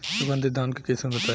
सुगंधित धान के किस्म बताई?